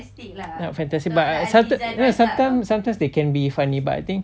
not fantastic but I I sometimes they they can be funny but I think